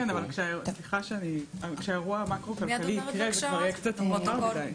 כן אבל סליחה כשהאירוע מקרו כלכלי זה כבר יהיה קצת מאוחר יותר.